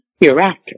hereafter